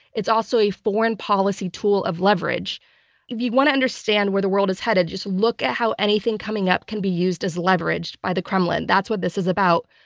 it's also a foreign policy tool of leverage. if you want to understand where the world is headed, just look at how anything coming up can be used as leverage by the kremlin. that's what this is about,